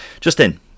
Justin